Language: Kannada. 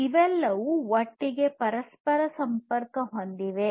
ಇವೆಲ್ಲವೂ ಒಟ್ಟಿಗೆ ಪರಸ್ಪರ ಸಂಬಂಧ ಹೊಂದಿವೆ